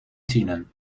tienen